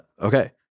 Okay